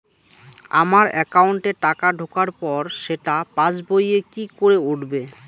আমার একাউন্টে টাকা ঢোকার পর সেটা পাসবইয়ে কি করে উঠবে?